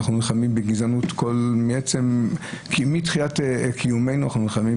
אנחנו נלחמים בגזענות מתחילת קיומנו.